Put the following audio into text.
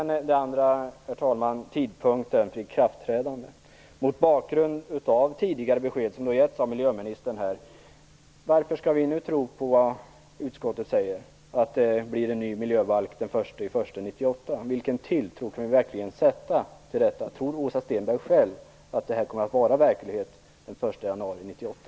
Angående tidpunkten för ikraftträdandet undrar jag mot bakgrund av tidigare besked som har getts av miljöministern varför vi nu skall tro på det som utskottet säger, att det blir en ny miljöbalk den 1 januari 1998. Vilken tilltro kan vi verkligen sätta till detta? Tror Åsa Stenberg själv att detta kommer att förverkligas den 1 januari 1998?